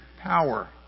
power